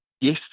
yes